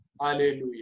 Hallelujah